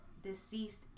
deceased